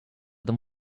them